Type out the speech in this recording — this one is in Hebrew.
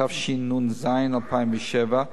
התשנ"ז 2007,